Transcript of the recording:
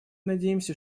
надеемся